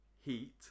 heat